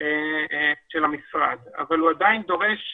של המשרד אבל הוא עדיין דורש